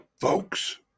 Folks